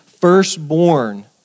firstborn